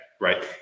Right